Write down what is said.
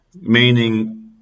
Meaning